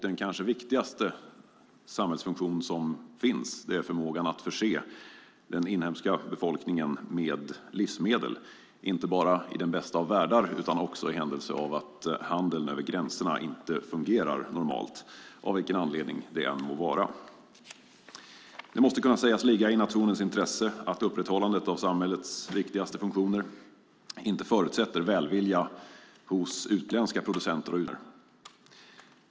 Den kanske viktigaste samhällsfunktion som finns är förmågan att förse den inhemska befolkningen med livsmedel, inte bara i den bästa av världar utan också i händelse av att handeln över gränserna inte fungerar normalt av vilken anledning det än må vara. Det måste kunna sägas ligga i nationens intresse att upprätthållandet av samhällets viktigaste funktioner inte förutsätter välvilja hos utländska producenter och utländska handelspartner.